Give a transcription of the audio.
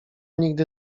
nigdy